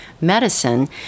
medicine